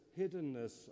hiddenness